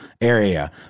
area